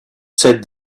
said